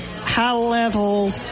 high-level